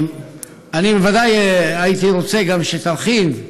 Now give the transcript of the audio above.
אני בוודאי הייתי רוצה גם שתרחיב,